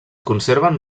conserven